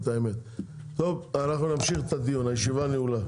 אנחנו נמשיך את הדיון, הישיבה נעולה.